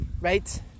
right